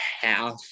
half